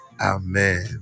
Amen